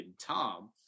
tom